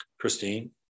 Christine